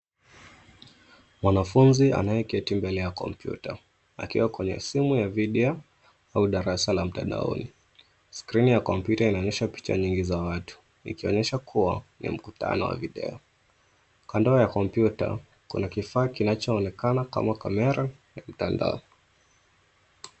Mwanafunzi anayeketi mbele ya kompyuta akiwa kwenye simu ya video au darasa la mtandaoni. Skrini ya kompyuta inaonyesha picha nyingi za watu ikionyesha kuwa ni mkutano wa video. Kando ya kompyuta kuna kifaa kunachoonekanaa kama kamera ya kitandao.